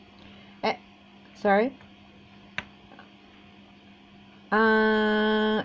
eh sorry ah